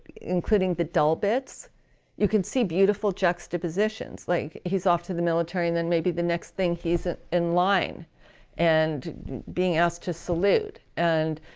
including the dull bits you can see beautiful juxtapositions like he's off to the military and then maybe the next thing he's in line and being asked to salute and